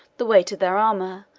the weight of their armor,